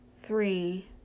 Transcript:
three